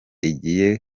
igiye